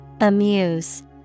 Amuse